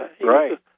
Right